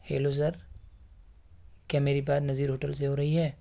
hello sir کیا میری بات نظیر ہوٹل سے ہو رہی ہے